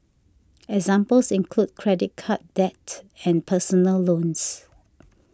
examples include credit card debt and personal loans